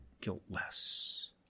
guiltless